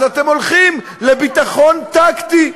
אז אתם הולכים לביטחון טקטי.